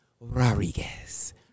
Rodriguez